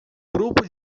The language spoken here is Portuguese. grupo